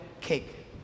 cake